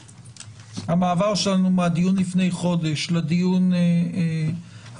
המעבר שלנו מהדיון לפני חודש לדיון הנוכחי,